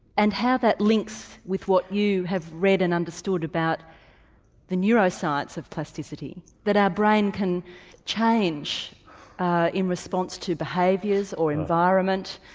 and how that links with what you have read and understood about the neuroscience of plasticity. that our brain can change in response to behaviours, or environment,